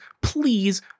please